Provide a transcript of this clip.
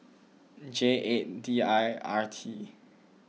J eight D I R T